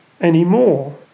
anymore